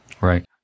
Right